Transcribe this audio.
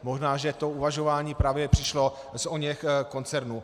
Možná že to uvažování právě přišlo z oněch koncernů.